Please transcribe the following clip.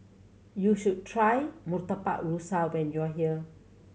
you should try Murtabak Rusa when you are here